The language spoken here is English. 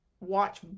watch